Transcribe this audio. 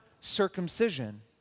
circumcision